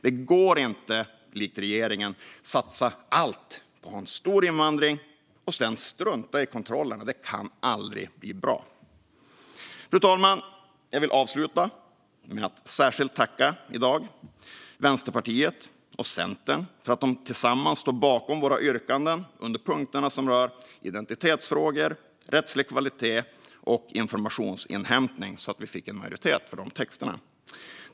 Det går inte att likt regeringen satsa allt på att ha en stor invandring och sedan strunta i kontrollerna. Det kan aldrig bli bra. Fru talman! Jag vill avsluta med att särskilt tacka Vänsterpartiet och Centern för att de tillsammans ställde sig bakom våra yrkanden under de punkter som rör identitetsfrågor, rättslig kvalitet och informationsinhämtning, så att vi fick en majoritet för de texterna.